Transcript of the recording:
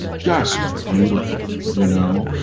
just beautiful, you know,